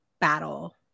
battle